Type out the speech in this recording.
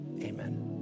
Amen